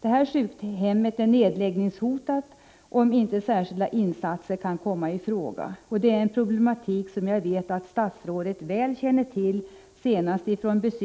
Detta sjukhem är nedläggningshotat, om nu inte särskilda insatser kan komma i fråga. Jag vet att statsrådet väl känner till den här problematiken — jag tänker då närmast på